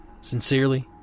Sincerely